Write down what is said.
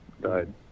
died